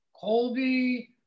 Colby